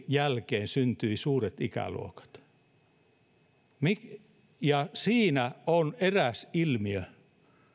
jälkeen syntyivät suuret ikäluokat ja siinä on eräs ilmiö